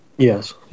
Yes